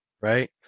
right